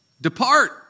depart